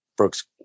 Brooks